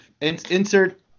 Insert